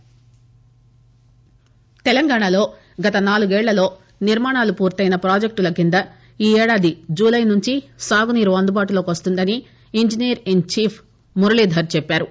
సాగునీరు తెలంగాణలో గత నాలుగేళ్ళలో నిర్మాణాలు పూర్తయిన ప్రాజెక్షుల కింద ఈ ఏడాది జులై నుంచి సాగునీరు అందుబాటులోకి వస్తుందని ఇంజనీర్ ఇన్ చీఫ్ మురళీధర్ తెలిపారు